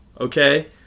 Okay